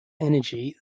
energy